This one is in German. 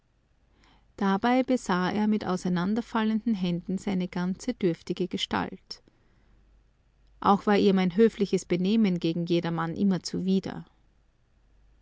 dabei besah er mit auseinanderfallenden händen seine ganze dürftige gestalt auch war ihr mein höfliches benehmen gegen jedermann immer zuwider